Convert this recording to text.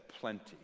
plenty